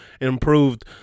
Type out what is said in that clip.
improved